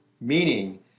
meaning